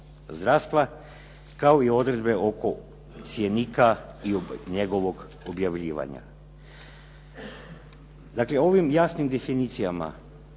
zdravstva, kao i odredbe oko cjenika i njegovog objavljivanja. Dakle, ovim jasnim definicijama